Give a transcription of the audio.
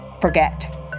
forget